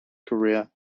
career